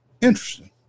interesting